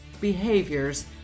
behaviors